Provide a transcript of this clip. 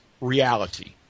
reality